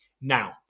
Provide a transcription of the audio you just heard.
Now